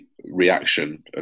reaction